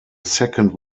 second